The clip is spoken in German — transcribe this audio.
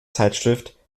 zeitschrift